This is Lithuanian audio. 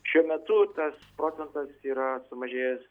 šiuo metu tas procentas yra sumažėjęs